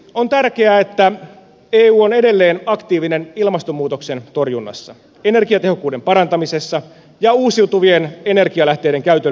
on tärkeää että eu on edelleen aktiivinen ilmastonmuutoksen torjunnassa energiatehokkuuden parantamisessa ja uusiutuvien energialähteiden käytön lisäämisessä